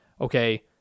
okay